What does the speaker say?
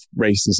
racism